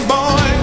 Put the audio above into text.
Boy